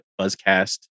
Buzzcast